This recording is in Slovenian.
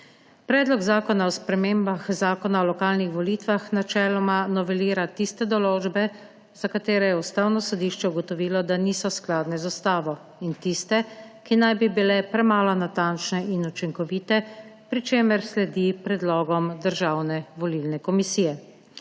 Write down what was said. Predlog zakona o spremembah in dopolnitvah Zakona o lokalnih volitvah načeloma novelira tiste določbe, za katere je Ustavno sodišče ugotovilo, da niso skladne z Ustavo, in tiste, ki naj bi bile premalo natančne in učinkovite, pri čemer sledi predlogom Državne volilne komisije.